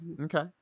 Okay